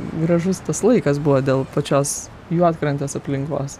gražus tas laikas buvo dėl pačios juodkrantės aplinkos